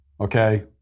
Okay